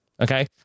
Okay